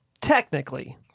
Technically